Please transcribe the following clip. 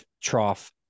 trough